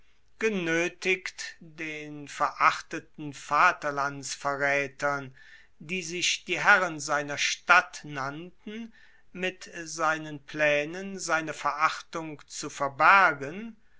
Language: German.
genoetigt den verachteten vaterlandsverraetern die sich die herren seiner stadt nannten mit seinen plaenen seine verachtung zu bergen